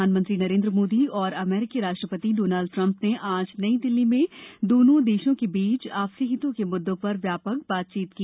प्रधानमंत्री नरेन्द्र मोदी और अमेरिकी राष्ट्रपति डोनाल्ड ट्रंप ने आज नई दिल्ली में दोनों देशों के बीच आपसी हितों के मुद्दों पर व्यापक बातचीत की